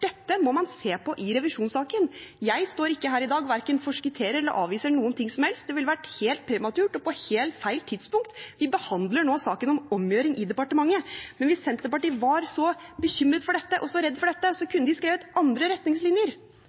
dette må man se på i revisjonssaken. Jeg står ikke her i dag og verken forskutterer eller avviser noe som helst. Det ville være helt prematurt og på helt feil tidspunkt. Vi behandler nå saken om omgjøring i departementet. Hvis Senterpartiet var så bekymret og så redd for dette, kunne de ha skrevet andre retningslinjer.